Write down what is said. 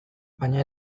baina